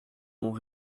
ont